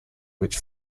which